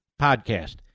podcast